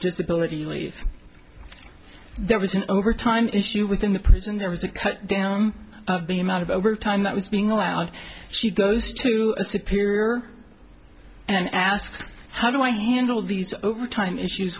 disability leave there was an overtime issue within the prison there was a cut down on the amount of overtime that was being allowed she goes to a superior and asks how do i handle these overtime issues